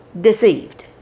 Deceived